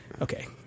okay